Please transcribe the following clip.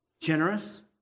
generous